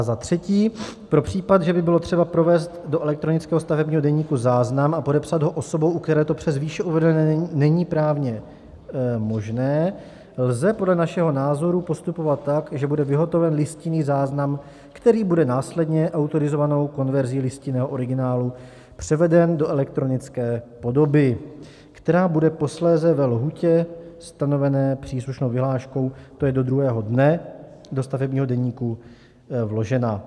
Za třetí, pro případ, že by bylo třeba provést do elektronického stavebního deníku záznam a podepsat ho osobou, u které to přes výše uvedené není právně možné, lze podle našeho názoru postupovat tak, že bude vyhotoven listinný záznam, který bude následně autorizovanou konverzí listinného originálu převeden do elektronické podoby, která bude posléze ve lhůtě stanovené příslušnou vyhláškou to je do druhého dne do stavebního deníku vložena.